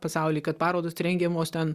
pasauly kad parodos rengiamos ten